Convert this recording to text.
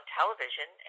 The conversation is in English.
television